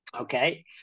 Okay